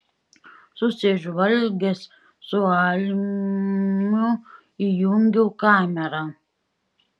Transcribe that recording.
susižvalgęs su almiu įjungiau kamerą